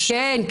כן,